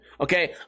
okay